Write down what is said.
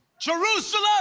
Jerusalem